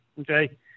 okay